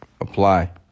Apply